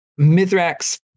Mithrax